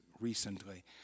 recently